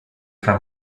fra